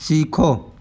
सीखो